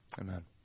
amen